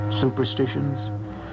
superstitions